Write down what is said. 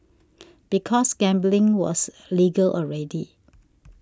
because gambling was legal already